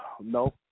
No